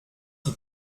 qui